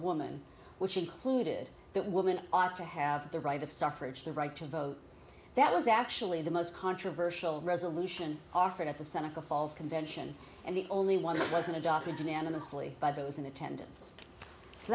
woman which included that woman ought to have the right of suffrage the right to vote that was actually the most controversial resolution offered at the seneca falls convention and the only one that wasn't adopted unanimously by those in attendance